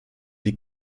die